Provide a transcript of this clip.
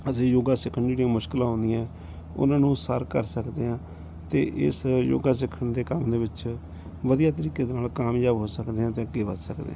ਅਸੀਂ ਯੋਗਾ ਸਿੱਖਣ ਦੀਆਂ ਜਿਹੜੀਆਂ ਮੁਸ਼ਕਿਲਾਂ ਆਉਂਦੀਆਂ ਉਹਨਾਂ ਨੂੰ ਸਰ ਕਰ ਸਕਦੇ ਹਾਂ ਅਤੇ ਇਸ ਯੋਗਾ ਸਿੱਖਣ ਦੇ ਕੰਮ ਦੇ ਵਿੱਚ ਵਧੀਆ ਤਰੀਕੇ ਦੇ ਨਾਲ ਕਾਮਯਾਬ ਹੋ ਸਕਦੇ ਹਾਂ ਅਤੇ ਅੱਗੇ ਵੱਧ ਸਕਦੇ ਹਾਂ